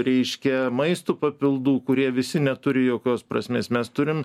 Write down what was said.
reiškia maisto papildų kurie visi neturi jokios prasmės mes turim